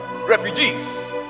refugees